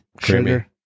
sugar